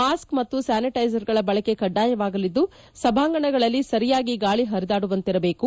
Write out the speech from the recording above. mask ಮತ್ತು ಸ್ಕಾನಿಟ್ಟೆಜರ್ಗಳ ಬಳಕೆ ಕಡ್ಡಾಯವಾಗಲಿದ್ದು ಸಭಾಂಗಣಗಳಲ್ಲಿ ಸರಿಯಾಗಿ ಗಾಳಿ ಪರಿದಾಡುವಂತೆ ಇರಬೇಕು